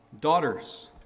daughters